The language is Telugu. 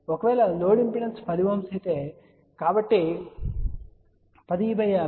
ఒకవేళ లోడ్ ఇంపిడెన్స్ 10 Ω అయితే కాబట్టి 1050 0